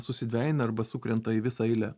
susidvejina arba sukrenta į visą eilę